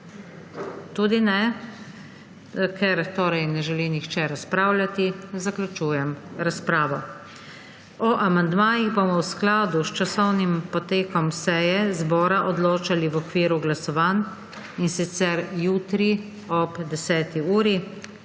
Tudi ne. Ker ne želi nihče razpravljati, zaključujem razpravo. O amandmajih bomo v skladu s časovnim potekom seje zbora odločali v okviru glasovanj, in sicer jutri ob 10. uri.